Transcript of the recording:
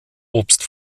obst